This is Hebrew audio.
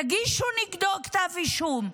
תגישו נגדו כתב אישום,